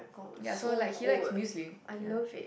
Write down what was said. ya so like he likes musling ya